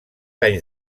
anys